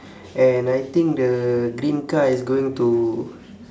and I think the green car is going to